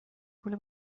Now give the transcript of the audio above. پول